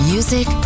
Music